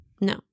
No